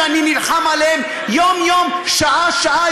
שאני נלחם עליהן יום-יום ,שעה-שעה,